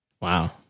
Wow